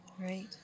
right